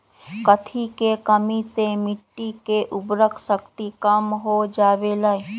कथी के कमी से मिट्टी के उर्वरक शक्ति कम हो जावेलाई?